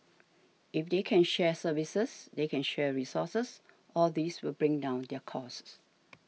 if they can share services they can share resources all these will bring down their costs